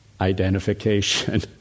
identification